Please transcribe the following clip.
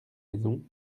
maison